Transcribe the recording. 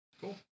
cool